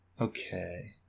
Okay